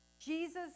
Jesus